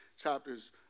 chapters